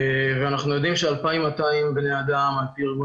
ואנחנו יודעים ש-2,200 בני אדם על פי ארגון